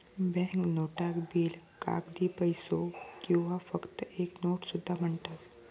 bank नोटाक bill, कागदी पैसो किंवा फक्त एक नोट सुद्धा म्हणतत